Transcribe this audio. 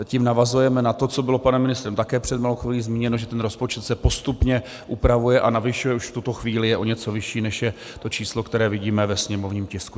Tím navazujeme na to, co bylo panem ministrem také před chvílí zmíněno, že ten rozpočet se postupně upravuje a navyšuje, už v tuto chvíli je o něco vyšší, než je to číslo, které vidíme ve sněmovním tisku.